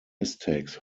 mistakes